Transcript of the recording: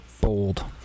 Bold